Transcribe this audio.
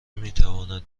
میتواند